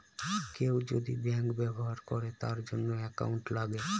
কেউ যদি ব্যাঙ্ক ব্যবহার করে তার জন্য একাউন্ট লাগে